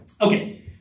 Okay